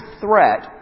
threat